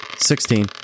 Sixteen